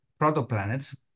protoplanets